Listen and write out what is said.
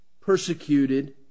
persecuted